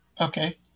Okay